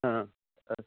हा तस्